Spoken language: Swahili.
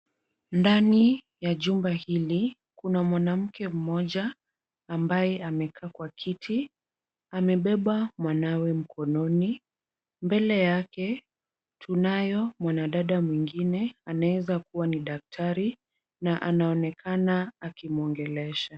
Ndani ya jumba hili, kuna mwanamke mmoja ambaye amekaa kwa kiti, amebeba mwanawe mkononi, mbele yake tunayo mwanadada mwingine anaeza kuwa ni daktari na anaonekana akimwongelesha.